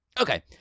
Okay